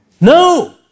No